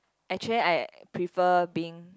actually I prefer being